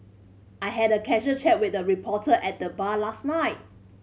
I had a casual chat with a reporter at the bar last night